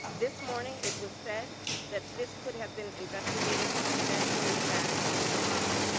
this morning, it was said that this could have been investigated confidentially back in july.